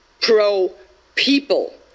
pro-people